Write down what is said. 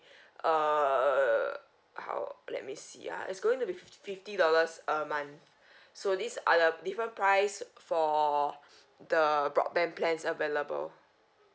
err how let me see ah it's going to be fifty dollars a month so these are the different price for the broadband plans available